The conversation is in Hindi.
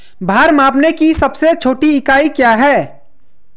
भार मापने की सबसे छोटी इकाई क्या है?